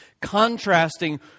contrasting